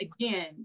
again